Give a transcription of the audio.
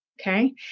Okay